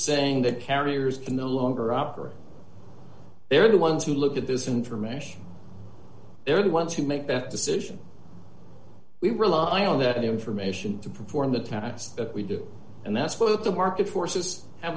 saying that carriers no longer operate they're the ones who look at this information they're the ones who make that decision we rely on that information to perform the tasks that we do and that's what the market forces